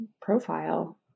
profile